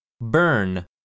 Burn